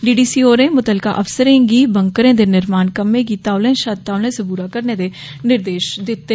D D C होरें मुतलका अफसरें गी बंकरें दे निर्माण कम्में गी तौले षा तौले सबूरा करने दे निर्देष दित्ते